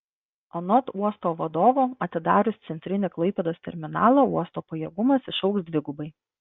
anot uosto vadovo atidarius centrinį klaipėdos terminalą uosto pajėgumas išaugs dvigubai